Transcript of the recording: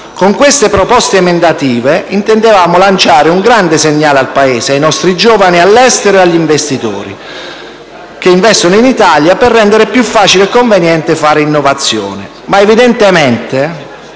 Con queste proposte emendative intendevamo lanciare un grande segnale al Paese, ai nostri giovani all'estero e agli investitori, che investono da noi, che in Italia è più facile e conveniente fare innovazione. Ma evidentemente